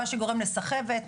מה שגורם לסחבת,